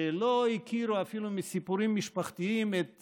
שלא הכירו אפילו מסיפורים משפחתיים את